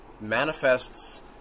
manifests